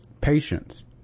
patience